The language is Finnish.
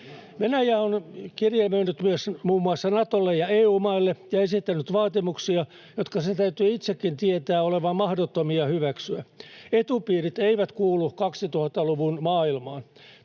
Venäjä on myös kirjelmöinyt muun muassa Natolle ja EU-maille ja esittänyt vaatimuksia, joiden sen täytyy itsekin tietää olevan mahdottomia hyväksyä. Etupiirit eivät kuulu 2000-luvun maailmaan.